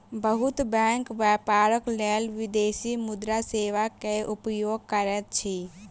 बहुत बैंक व्यापारक लेल विदेशी मुद्रा सेवा के उपयोग करैत अछि